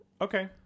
Okay